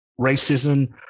racism